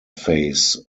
phase